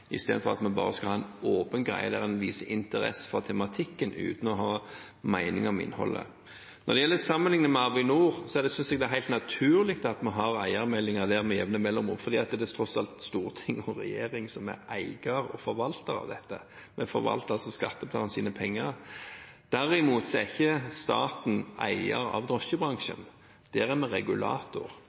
istedenfor at vi bare skal ha en åpen greie der en viser interesse for tematikken, uten å ha mening om innholdet. Når det gjelder sammenligningen med Avinor, synes jeg det er helt naturlig at vi har eiermeldinger om det med jevne mellomrom – det er tross alt storting og regjering som er eier og forvalter av dette. Vi forvalter skattebetalernes penger. Derimot er staten ikke eier av drosjebransjen. Der er vi regulator.